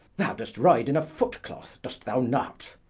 thou dost ride in a foot-cloth, dost thou not?